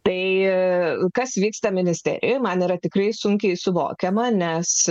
tai kas vyksta ministerijoje man yra tikrai sunkiai suvokiama nes